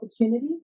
opportunity